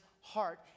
heart